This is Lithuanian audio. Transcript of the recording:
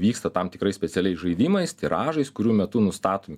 vyksta tam tikrais specialiais žaidimais tiražais kurių metu nustatomi